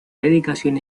dedicación